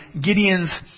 Gideon's